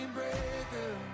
breaker